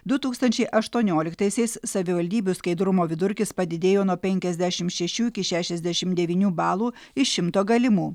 du tūkstančiai aštuonioliktaisiais savivaldybių skaidrumo vidurkis padidėjo nuo penkiasdešim šešių iki šešiasdešim devynių balų iš šimto galimų